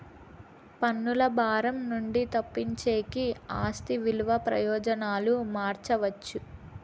పన్నుల భారం నుండి తప్పించేకి ఆస్తి విలువ ప్రయోజనాలు మార్చవచ్చు